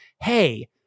Hey